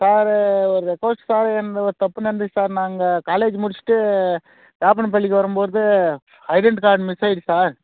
sir என்னோட ஒரு தப்பு நடந்துடுச்சு சார் நாங்கள் காலேஜ் முடிச்சிவிட்டு பாப்பனப்பள்ளிக்கு வரும்போது ஐடென்ட்டி கார்டு மிஸ் ஆயிடுச்சு சார்